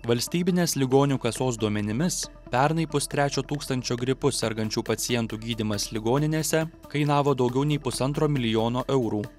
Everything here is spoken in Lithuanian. valstybinės ligonių kasos duomenimis pernai pustrečio tūkstančio gripu sergančių pacientų gydymas ligoninėse kainavo daugiau nei pusantro milijono eurų